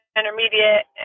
intermediate